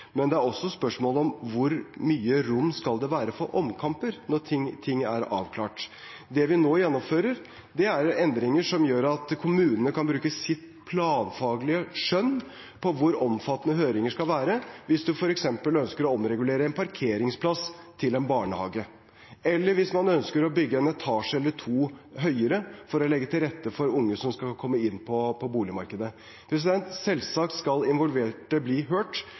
men det er også spørsmål om hvor mye rom det skal være for omkamper når ting er avklart. Det vi nå gjennomfører, er endringer som gjør at kommunene kan bruke sitt planfaglige skjønn for hvor omfattende høringer skal være. Hvis man f.eks. ønsker å omregulere en parkeringsplass til en barnehage, eller hvis man ønsker å bygge en etasje eller to høyere for å legge til rette for unge som skal komme inn på boligmarkedet, skal selvsagt involverte bli hørt,